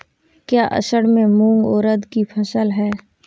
क्या असड़ में मूंग उर्द कि फसल है?